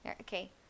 Okay